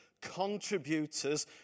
contributors